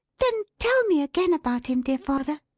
then, tell me again about him, dear father,